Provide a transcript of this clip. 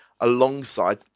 alongside